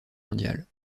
mondiale